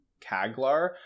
Kaglar